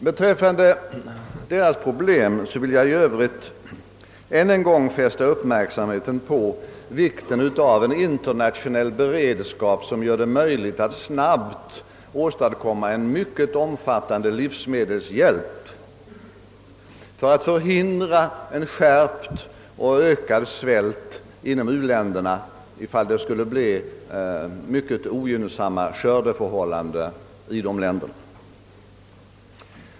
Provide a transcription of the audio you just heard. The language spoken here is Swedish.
Beträffande u-ländernas problem vill jag i övrigt än en gång peka på vikten av en internationell beredskap som gör det möjligt att snabbt åstadkomma en mycket omfattande livsmedelshjälp för att förhindra en skärpt och ökad svält inom u-länderna, ifall det skulle bli mycket ogynnsamma skördeförhållanden i några av dessa länder.